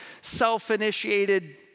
self-initiated